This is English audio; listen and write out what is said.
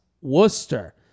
Worcester